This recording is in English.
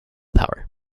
power